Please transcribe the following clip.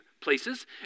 places